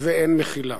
ואין מחילה.